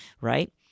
right